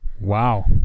Wow